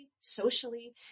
socially